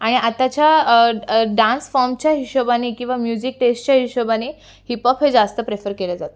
आणि आत्ताच्या डान्स फॉमच्या हिशेबाने किंवा म्युजिक टेस्टच्या हिशेबाने हिपॉप हे जास्त प्रेफर केलं जातं